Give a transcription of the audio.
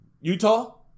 Utah